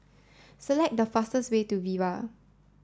select the fastest way to Viva